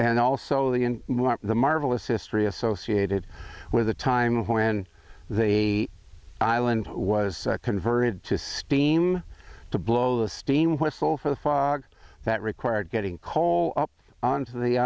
and also the in the marvelous history associated with a time when they island was converted to steam to blow the steam whistle for the fog that required getting coal up on t